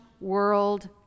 world